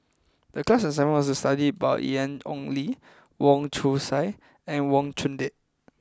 the class assignment was to study about Ian Ong Li Wong Chong Sai and Wang Chunde